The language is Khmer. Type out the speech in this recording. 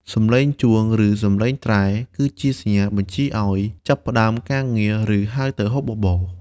សម្លេងជួង ឬសម្លេងត្រែ គឺជាសញ្ញាបញ្ជាឱ្យចាប់ផ្តើមការងារ ឬហៅទៅហូបបបរ។